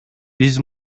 биз